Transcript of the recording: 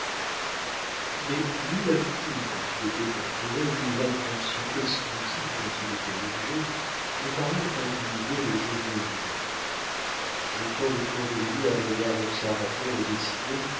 mais ni la foule dont il était entouré ni l'attention exclusive dont il était l'objet ne parurent intimider le jeune mohican jetant autour de lui un regard observateur et décidé